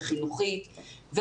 חינוכית,